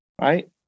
Right